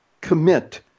commit